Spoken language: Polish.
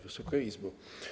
Wysoka Izbo!